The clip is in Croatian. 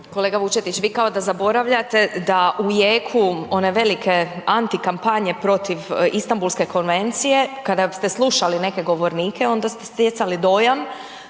Kolega Vučetić vi kao da zaboravljate da u jeku one velike antikampanje protiv Istanbulske konvencije kada ste slušali neke govornike, onda ste stjecali dojam